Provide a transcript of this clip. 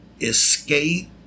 escape